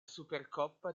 supercoppa